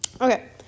Okay